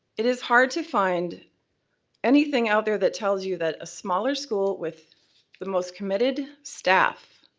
it is hard to find anything out there that tells you that a smaller school with the most committed staff